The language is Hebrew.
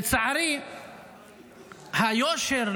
לצערי היושר,